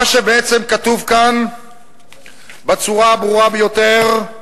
מה שבעצם כתוב כאן בצורה הברורה ביותר הוא